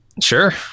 Sure